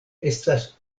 estas